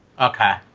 Okay